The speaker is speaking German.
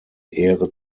ehre